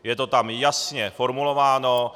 Je to tam jasně formulováno.